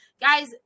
Guys